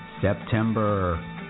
September